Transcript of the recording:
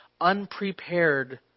unprepared